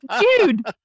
dude